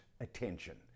attention